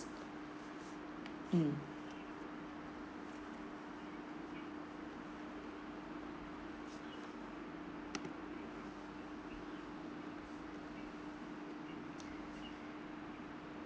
mm